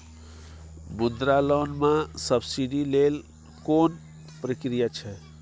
मुद्रा लोन म सब्सिडी लेल कोन प्रक्रिया छै?